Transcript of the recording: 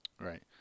Right